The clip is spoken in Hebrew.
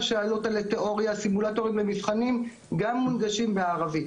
כל שאלות התיאוריה וסימולטורים למבחנים גם מונגשים בערבית.